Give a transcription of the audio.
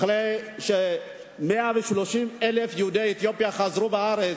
אחרי ש-130,000 יהודי אתיופיה חזרו לארץ,